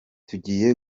tugiye